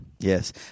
Yes